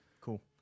Cool